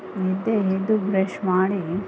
ನಿದ್ದೆ ಎದ್ದು ಬ್ರಶ್ ಮಾಡಿ